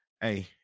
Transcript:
Hey